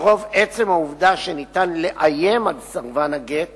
לרוב, עצם העובדה שניתן לאיים על סרבן הגט